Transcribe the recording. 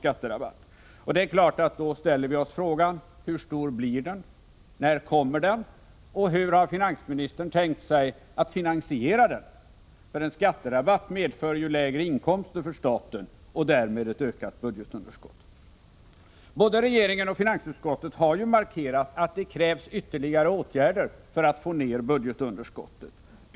Det är då klart att vi ställer oss frågan: Hur stor blir skatterabatten, när kommer den, och hur har finansministern tänkt sig att finansiera den? En skatterabatt medför ju lägre inkomster för staten och därmed ökat budgetunderskott. Både regeringen och finansutskottet har markerat att det krävs ytterligare åtgärder för att få ned budgetunderskottet.